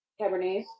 Cabernet